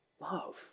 love